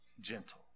gentle